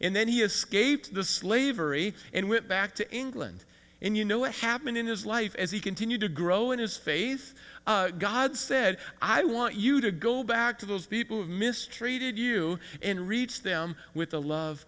and then he escaped the slavery and went back to england and you know what happened in his life as he continued to grow in his faith god said i want you to go back to those people who mistreated you and reach them with the love